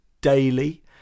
daily